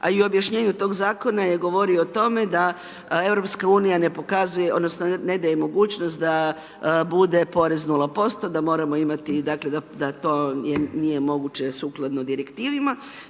i u objašnjenju toga zakona je govorio o tome da EU ne daje mogućnost da bude porez 0%, dakle da to nije moguće sukladno direktivima.